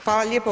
Hvala lijepo.